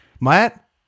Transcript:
Matt